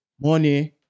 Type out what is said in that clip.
money